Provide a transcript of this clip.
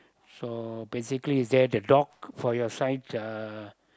so basically is there the dog for your side uh